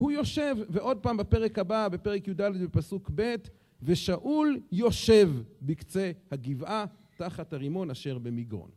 הוא יושב, ועוד פעם בפרק הבא, בפרק יד בפסוק ב, ושאול יושב בקצה הגבעה תחת הרימון אשר במיגרון.